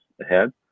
ahead